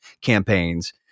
campaigns